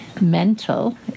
mental